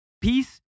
Peace